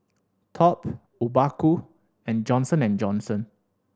Top Obaku and Johnson and Johnson